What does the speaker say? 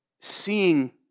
seeing